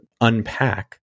unpack